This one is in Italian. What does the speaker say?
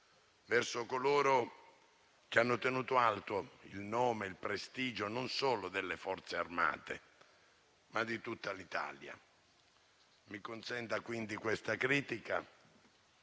verso coloro che hanno tenuto alto il nome e il prestigio non solo delle Forze armate, ma di tutta l'Italia. Mi consenta, quindi, questa critica.